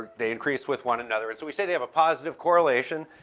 they increase with one another. and so we say they have a positive correlation.